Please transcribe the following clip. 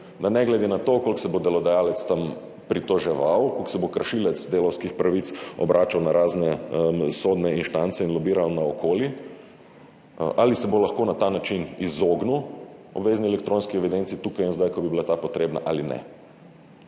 da ne glede na to, koliko se bo delodajalec tam pritoževal, koliko se bo kršilec delavskih pravic obračal na razne sodne instance in lobiral naokoli, ali se bo lahko na ta način izognil obvezni elektronski evidenci tukaj in zdaj, ko bi bila ta potrebna, ali ne.